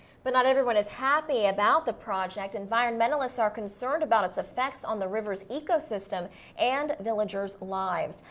but not everyone is happy about the project. environmentalists are concerned about its effects on the river's ecosystem and villagers' lives.